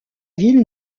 ville